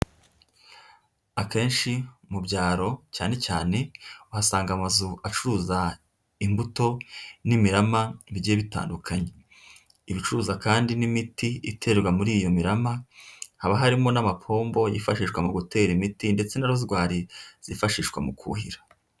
Akenshi mu byaro cyane cyane, uhasanga amazu acuruza imbuto n'imirama bigiye bitandukanye. Iba icuruza kandi n'imiti iterwa muri iyo mirama, haba harimo n'amapombo yifashishwa mu gutera imiti ndetse na rozwari zifashishwa mu kuhira.